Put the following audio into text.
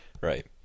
Right